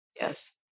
Yes